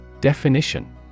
Definition